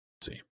see